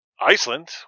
Iceland